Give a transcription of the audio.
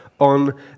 on